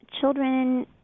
Children